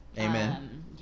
Amen